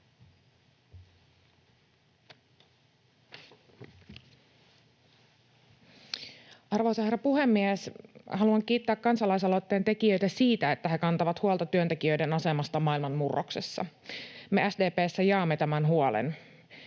Arvoisa herra puhemies! Haluan kiittää kansalaisaloitteen tekijöitä siitä, että he kantavat huolta työntekijöiden asemasta maailman murroksessa. Me SDP:ssä jaamme tämän huolen.